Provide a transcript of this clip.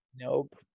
Nope